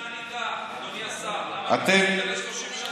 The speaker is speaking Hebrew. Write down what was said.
עוד 30 שנה נדע, אדוני השר, למה, בעוד 30 שנה נדע.